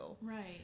right